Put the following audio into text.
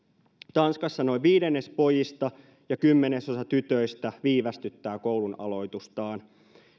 tanskassa noin viidennes pojista ja kymmenesosa tytöistä viivästyttää koulunaloitustaan